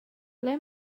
ble